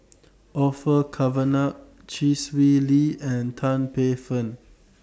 Orfeur Cavenagh Chee Swee Lee and Tan Paey Fern